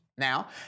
Now